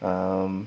um